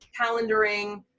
calendaring